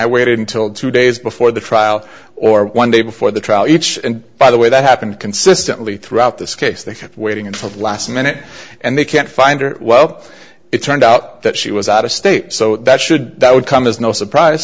i waited until two days before the trial or one day before the trial each and by the way that happened consistently throughout this case they have waiting until the last minute and they can't find her well it turned out that she was out of state so that should that would come as no surprise